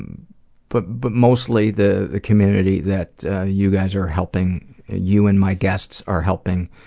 um but but mostly the community that you guys are helping you and my guests are helping